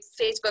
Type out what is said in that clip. Facebook